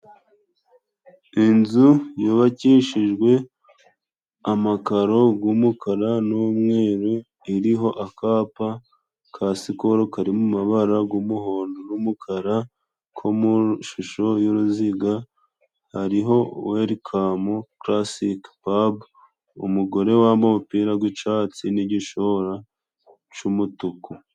Inzu yubakishijwe amakaro g'umukara n'umweru, iriho akapa ka sikolo kari mu mabara g'umuhondo n'umukara, ko mu ishusho y'uruziga, hariho Welikamu Karasike Pabu, umugore wambaye umupira gw'icatsi n'igishora c'umutuku.